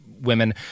women